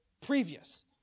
previous